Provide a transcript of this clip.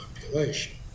population